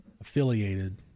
affiliated